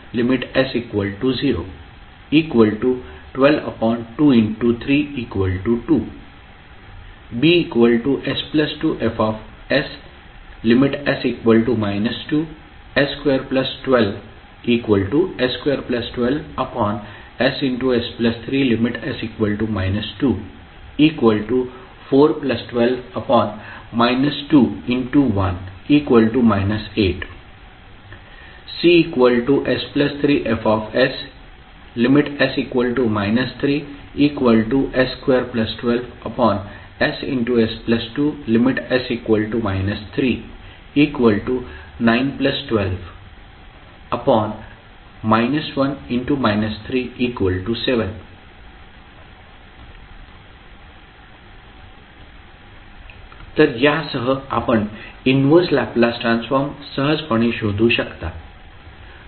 AsFs।s0s212s2s3।s012232 Bs2Fs।s 2s212ss3।s 2412 8 Cs3Fs।s 3s212ss2।s 39127 तर यासह आपण इनव्हर्स लॅपलास ट्रान्सफॉर्म सहजपणे शोधू शकता